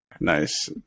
nice